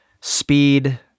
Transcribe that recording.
speed